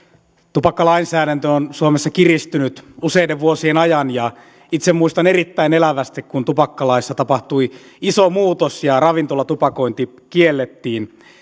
tupakkalainsäädäntö on suomessa kiristynyt useiden vuosien ajan ja itse muistan erittäin elävästi kun tupakkalaissa tapahtui iso muutos ja ravintolatupakointi kiellettiin